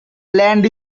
land